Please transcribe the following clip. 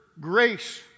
grace